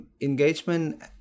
engagement